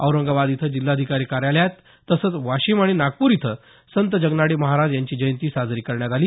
औरंगाबाद इथं जिल्हाधिकारी कार्यालयात तसंच वाशीम आणि नागपूर इथं संत जगनाडे महाराज यांची जयंती साजरी करण्यात आली